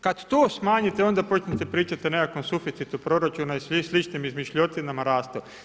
Kada to smanjite onda počnite pričati o nekakvom suficitu proračuna i sličnim izmišljotinama, rastu.